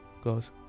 Goes